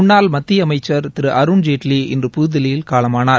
முன்னாள் மத்திய அமைச்ச் திரு அருண்ஜேட்வி இன்று புதுதில்லியில் காலமானார்